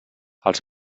als